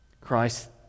Christ